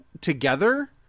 together